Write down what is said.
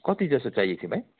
कति जस्तो चाहिएको थियो भाइ